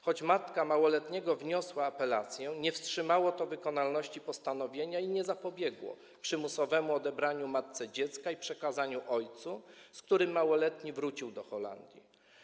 Choć matka małoletniego wniosła apelację, nie wstrzymało to wykonalności postanowienia i nie zapobiegło przymusowemu odebraniu matce dziecka i przekazaniu go ojcu, z którym małoletni wrócił do Holandii.